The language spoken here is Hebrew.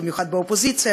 במיוחד באופוזיציה,